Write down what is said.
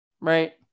Right